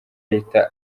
ahita